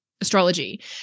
astrology